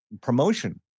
promotion